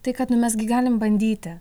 tai kad nu mes gi galim bandyti